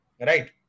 right